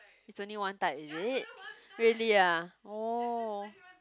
is only one type is it really ah orh